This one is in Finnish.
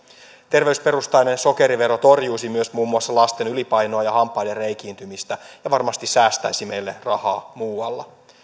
terveysperustainen sokerivero torjuisi myös muun maussa lasten ylipainoa ja hampaiden reikiintymistä ja varmasti säästäisi meille rahaa muualla